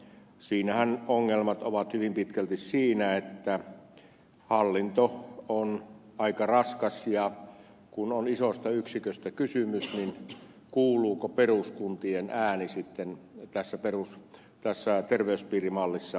siinähän ongelmat ovat hyvin pitkälti siinä että hallinto on aika raskas ja kun on isosta yksiköstä kysymys niin kuuluuko peruskuntien ääni sitten tässä terveyspiirimallissa riittävästi